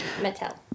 Mattel